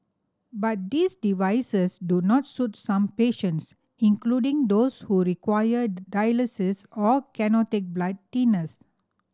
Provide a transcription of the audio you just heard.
but these devices do not suit some patients including those who require dialysis or cannot take blood thinners